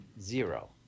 zero